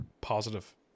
positive